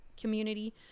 community